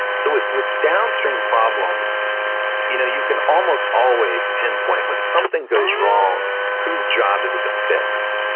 so with with downstream problems you know you can almost always pinpoint when something goes wrong whose job is it to fix?